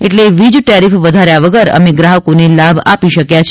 એટલે વીજ ટેરીફ વધાર્યા વગર અમે ગ્રાહકોને લાભ આપી શક્યા છે